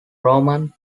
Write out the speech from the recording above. roman